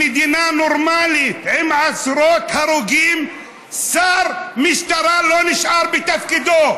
עם עשרות הרוגים שר משטרה לא נשאר בתפקידו,